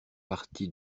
parti